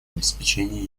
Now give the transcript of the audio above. обеспечения